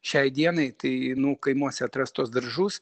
šiai dienai tai nu kaimuose atrast tuos daržus